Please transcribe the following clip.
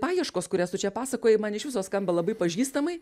paieškos kurias tu čia pasakojai man iš viso skamba labai pažįstamai